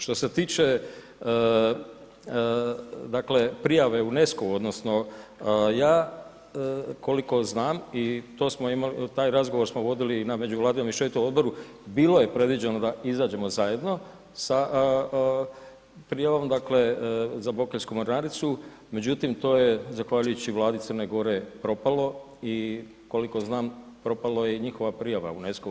Što se tiče dakle prijave UNESCO-u, odnosno ja koliko znam i to smo imali, taj razgovor smo vodili i na međuvladinom mješovitom odboru, bilo je predviđeno da izađemo zajedno sa prijavom dakle za Bokeljsku mornaricu međutim to je zahvaljujući vladi Crne Gore propalo i koliko znam propala je i njihova prijava UNESCO-u.